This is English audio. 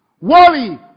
Worry